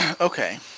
Okay